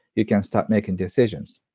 you can start making decisions.